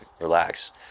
relax